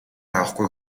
авахгүй